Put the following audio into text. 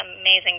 amazing